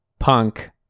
Punk